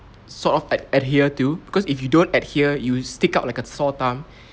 sort of ad~ adhere to because if you don't adhere you stick out like a sore thumb